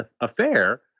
affair